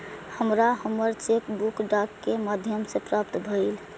हमरा हमर cheque book डाक के माध्यम से प्राप्त भईल